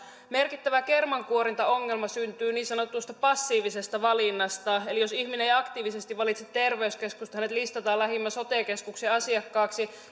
merkittävä kermankuorintaongelma syntyy niin sanotusta passiivisesta valinnasta eli jos ihminen ei aktiivisesti valitse terveyskeskusta hänet listataan lähimmän sote keskuksen asiakkaaksi